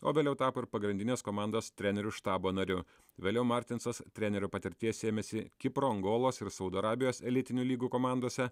o vėliau tapo ir pagrindinės komandos trenerių štabo nariu vėliau martinsas trenerio patirties ėmėsi kipro angolos ir saudo arabijos elitinių lygų komandose